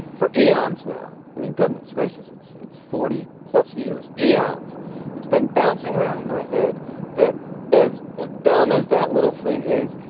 for eons now, i mean, goodness gracious. it's it's forty plus years, eons it's been bouncing around in my head that as dumb as that little thing is,